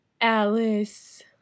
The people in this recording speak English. Alice